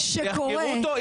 שיחרו אותו,